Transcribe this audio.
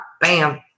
bam